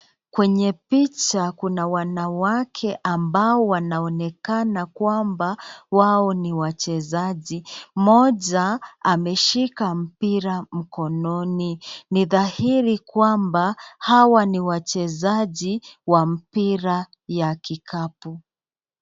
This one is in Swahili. Kwenye picha kuna wanawake ambao wanaonekana kwamba wao ni wachezaji. Mmoja ameshika mpira mkononi, ni dhahiri kwamba hawa ni wachezaji wa mpira ya kikapu.